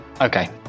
okay